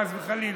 חס וחלילה,